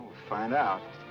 find out.